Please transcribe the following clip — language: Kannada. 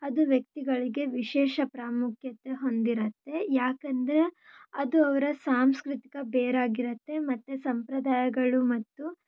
ಅದು ವ್ಯಕ್ತಿಗಳಿಗೆ ವಿಶೇಷ ಪ್ರಾಮುಖ್ಯತೆ ಹೊಂದಿರುತ್ತೆ ಯಾಕಂದರೆ ಅದು ಅವರ ಸಾಂಸ್ಕೃತಿಕ ಬೇರು ಆಗಿರುತ್ತೆ ಮತ್ತು ಸಂಪ್ರದಾಯಗಳು ಮತ್ತು